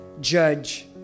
judge